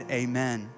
amen